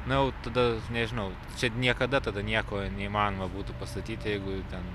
na jau tada nežinau čia niekada tada nieko neįmanoma būtų pastatyti jeigu ten